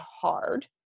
hard